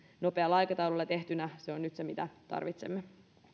nopealla aikataululla tehtynä se on nyt se mitä tarvitsemme